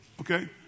Okay